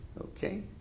Okay